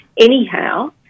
anyhow